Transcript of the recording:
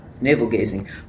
navel-gazing